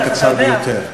על הנאום הקצר ביותר.